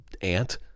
aunt